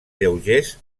lleugers